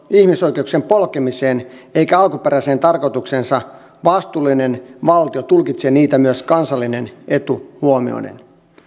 ihmisoikeuksien polkemiseen eikä alkuperäiseen tarkoitukseensa vastuullinen valtio tulkitsee niitä myös kansallinen etu huomioiden